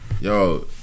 yo